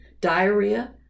diarrhea